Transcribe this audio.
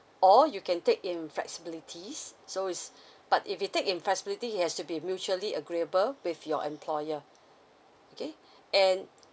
or you can take in flexibilities so is but if you take in flexibility it has to be mutually agreeable with your employer okay and